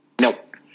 Nope